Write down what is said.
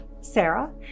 Sarah